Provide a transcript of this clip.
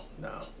no